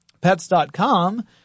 Pets.com